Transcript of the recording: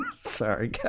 Sorry